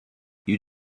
you